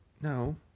No